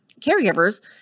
caregivers